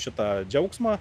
šitą džiaugsmą